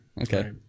Okay